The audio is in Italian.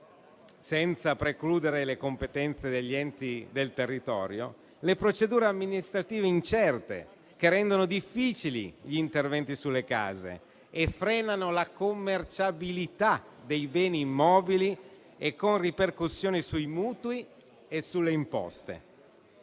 senza precludere le competenze degli enti del territorio, le procedure amministrative incerte che rendono difficili gli interventi sulle case e frenano la commerciabilità dei beni immobili con ripercussioni sui mutui e sulle imposte.